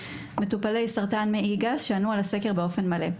מטופלי סרטן מעי גס שענו על הסקר באופן מלא.